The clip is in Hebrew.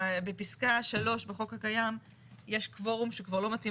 בפסקה 3 בחוק הקיים יש קוורום שכבר לא מתאים